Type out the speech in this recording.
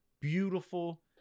beautiful